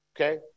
Okay